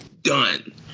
done